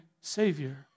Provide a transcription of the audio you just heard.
Savior